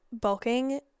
bulking